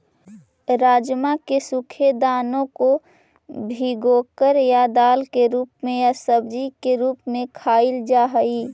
राजमा के सूखे दानों को भिगोकर या दाल के रूप में या सब्जी के रूप में खाईल जा हई